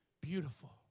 beautiful